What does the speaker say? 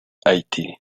haití